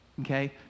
okay